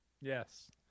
Yes